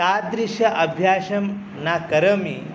तादृशम् अभ्यासं न करोमि